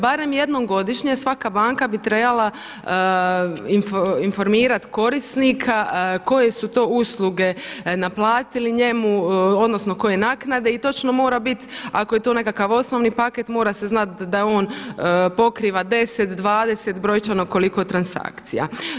Barem jednom godišnje svaka banka bi trebala informirati korisnika koje su to usluge naplatili njemu, odnosno koje naknade i točno mora biti ako je to nekakav osnovni paket mora se znati da on pokriva 10, 20, brojčano koliko transakcija.